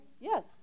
Yes